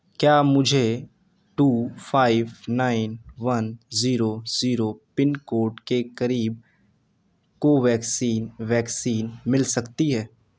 کیا مجھے two five nine one zero zero pin code کے قریب کوویکسین ویکسین مل سکتی ہے